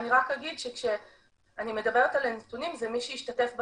אני רק אגיד שכשאני מדברת על הנתונים זה מי שהשתתף בתוכנית,